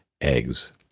eggs